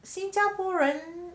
新加坡人